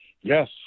Yes